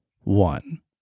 one